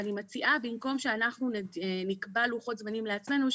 ואני מציעה במקום שאנחנו נקבע לוחות זמנים לעצמנו,